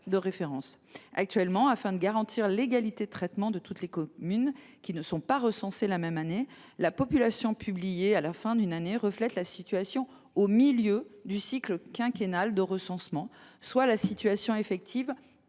de référence. Afin de garantir l’égalité de traitement de toutes les communes, qui ne sont pas recensées la même année, la population publiée à la fin d’une année reflète actuellement la situation au milieu du cycle quinquennal de recensement, soit la situation effective